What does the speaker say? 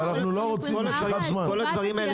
אין זמן.